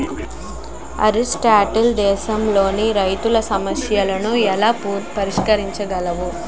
అగ్రిస్టార్టప్లు దేశంలోని రైతుల సమస్యలను ఎలా పరిష్కరించగలవు?